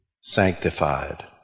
sanctified